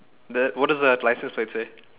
the what does that license plate say